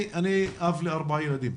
אני אב לארבעה ילדים